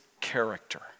character